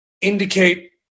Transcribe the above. indicate